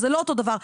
זה לא אותו דבר.